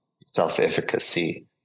self-efficacy